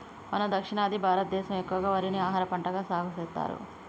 మన దక్షిణాది భారతదేసం ఎక్కువగా వరిని ఆహారపంటగా సాగుసెత్తారు